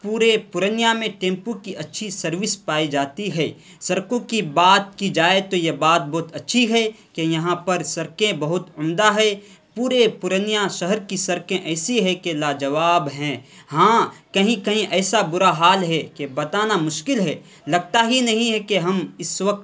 پورے پورنیہ میں ٹیمپو کی اچھی سروس پائی جاتی ہے سڑکوں کی بات کی جائے تو یہ بات بہت اچھی ہے کہ یہاں پر سڑکیں بہت عمدہ ہے پورے پورنیہ شہر کی سڑکیں ایسی ہے کہ لاجواب ہیں ہاں کہیں کہیں ایسا برا حال ہے کہ بتانا مشکل ہے لگتا ہی نہیں ہے کہ ہم اس وقت